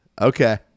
Okay